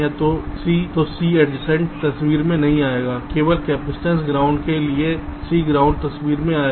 तो C adjacent तस्वीर में नहीं आएगा केवल कपसिटंस ग्राउंड के लिए केवल C ground तस्वीर में आएगा